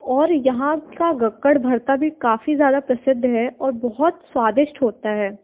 और यहाँ का गक्कड़ भर्ता भी काफ़ी ज़्यादा प्रसिद्ध है और बहुत स्वादिष्ट होता है